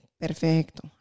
perfecto